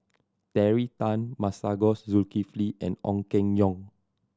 Terry Tan Masagos Zulkifli and Ong Keng Yong